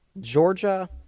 Georgia